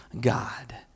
god